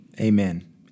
Amen